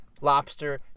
lobster